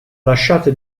lasciata